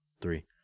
three